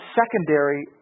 secondary